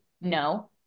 no